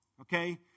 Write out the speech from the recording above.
Okay